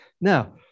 Now